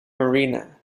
marina